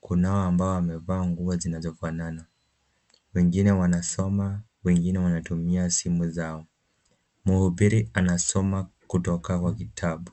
Kunao ambao wamevaa nguo zinazofanana, wengine wanasoma, wengine wanatumia simu zao. Mhubiri anasoma kutoka kwa kitabu.